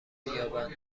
بیابند